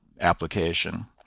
application